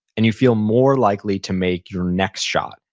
and you feel more likely to make your next shot.